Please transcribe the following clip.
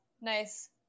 nice